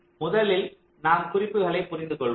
முதலில் நாம் குறிப்புகளைப் புரிந்துகொள்வோம்